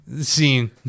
scene